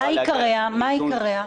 מה עיקריה?